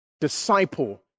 disciple